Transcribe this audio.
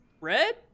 red